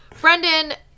Brendan